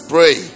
Pray